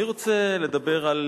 אני רוצה לדבר על